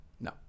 No